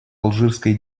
алжирской